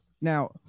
now